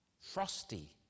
Frosty